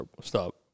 stop